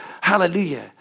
hallelujah